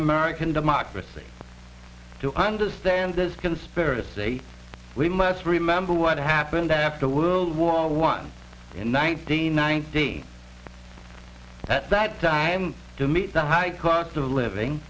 american democracy to understand this conspiracy we must remember what happened after world war one in nineteen ninety at that time to meet the high cost of living